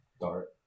Dart